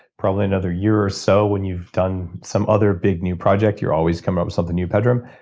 probably another year or so, when you've done some other big new project. you're always coming up with something new. pedram,